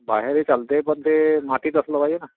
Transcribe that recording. बाहेरही चालते पण ते मातीत असलं पाहिजे ना